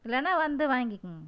இல்லைன்னா வந்து வாங்கிக்குங்க